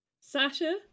Sasha